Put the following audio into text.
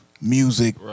music